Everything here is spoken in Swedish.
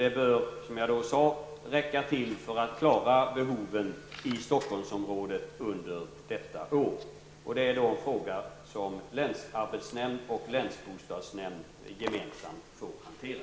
Det bör, som jag sade, räcka till för att klara av behoven i Stockholmsområdet under detta år. Detta är en fråga som länsarbetsnämnd och länsbostadsnämnd gemensamt får hantera.